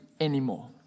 anymore